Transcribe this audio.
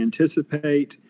anticipate